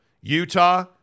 Utah